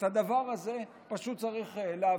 את הדבר הזה פשוט צריך להעביר.